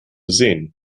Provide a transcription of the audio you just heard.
sähen